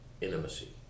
intimacy